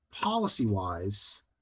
policy-wise